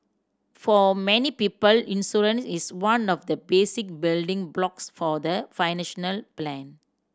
for many people insurance is one of the basic building blocks for the financial plan